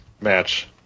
match